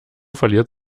verliert